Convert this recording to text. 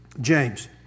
James